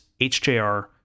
HJR